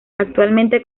actualmente